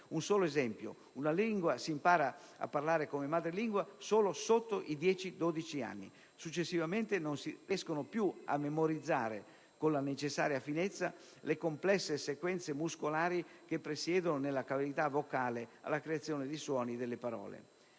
Un solo esempio: una lingua si impara a parlare come madrelingua solo sotto i 10-12 anni. Successivamente, non si riescono più a memorizzare con la necessaria finezza le complesse sequenze muscolari che presiedono nella cavità vocale alla creazione dei suoni delle parole.